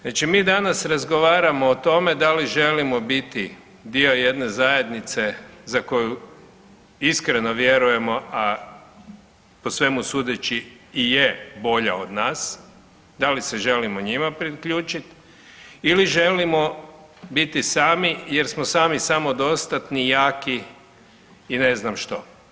Znači mi danas razgovaramo o tome da li želimo biti dio jedne zajednice za koju iskreno vjerujemo a po svemu sudeći i je bolja od nas da li se želimo njima priključiti ili želimo biti sami jer smo sami samodostatni, jaki i ne znam što.